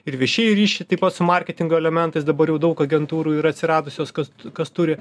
ir viešieji ryšiai taip pat su marketingo elementais dabar jau daug agentūrų yra atsiradusios kas kas turi